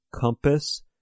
Compass